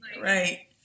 Right